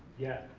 yeah,